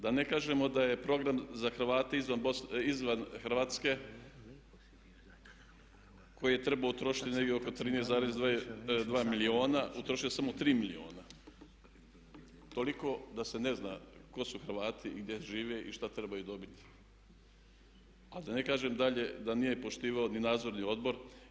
Da ne kažemo da je Program za Hrvate izvan Hrvatske koji je trebao utrošiti negdje oko 13,2 milijuna utrošio samo 3 milijuna, toliko da se ne zna tko su Hrvati, gdje žive i šta trebaju dobiti, a da ne kažem dalje da nije poštivao ni Nadzorni odbor.